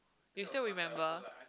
you still remember